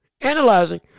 Analyzing